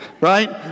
right